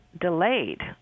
delayed